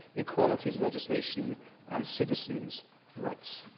equalities legislation and citizens' rights.